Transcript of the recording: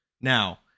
Now